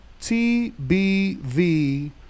TBV